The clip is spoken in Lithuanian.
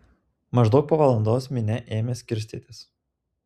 maždaug po valandos minia ėmė skirstytis